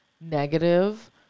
negative